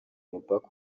mupaka